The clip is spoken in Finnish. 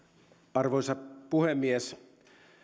arvoisa puhemies